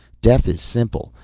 death is simple,